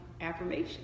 affirmation